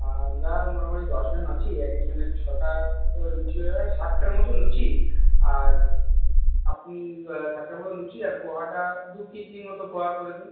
হ্যাঁ আমরা মোটামুটি দশ জন আছি এক একজনের ছটা করে লুচি হলে ষাটটার মত লুচি আর আপনি ষাটটার মত লুচি আর পোহাটা দু কেজি মত পোহা করে দিন